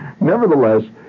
nevertheless